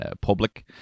public